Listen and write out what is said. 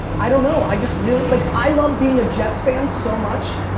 i don't know, i just really, like i love being a jets fan so much,